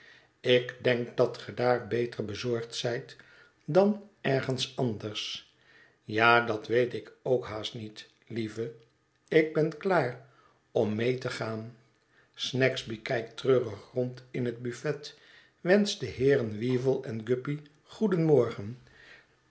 ik denk dat ge daar beter bezorgd zijt dan ergens anders ja dat weet ik ook haast niet lieve ik ben klaar om mee te gaan snagsby kijkt treurig rond in het buffet wenscht de heeren weevle en guppy goedenmorgen